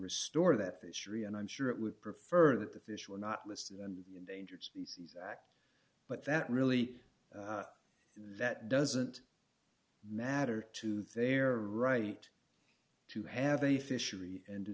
restore that fishery and i'm sure it would prefer that the fish were not listed and endangered species act but that really that doesn't matter to their right to have a fishery and to